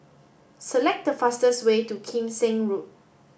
select the fastest way to Kim Seng Road